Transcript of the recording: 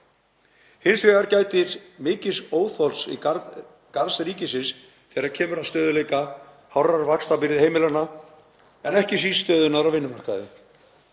Hins vegar gætir mikils óþols í garð ríkisins þegar kemur að stöðugleika og hárri vaxtabyrði heimilanna, en ekki síst stöðunni á vinnumarkaði.